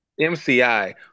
MCI